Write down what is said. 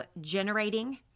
generating